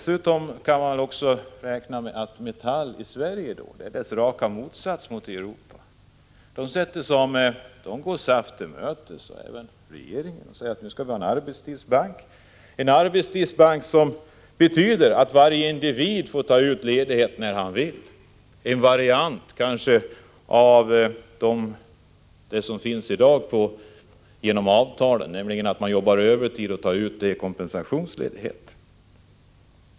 Sedan kan man väl också räkna med att Metall i Sverige — som är raka motsatsen, om jämför med hur det är i Europa i övrigt — går SAF och även regeringen till mötes och säger: Nu skall vi ha en arbetstidsbank, som betyder att varje individ får ta ut ledighet när han eller hon vill — det är kanske en variant av de avtal som finns i dag och som säger att man får ta ut övertid i form av kompensationsledighet.